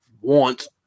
want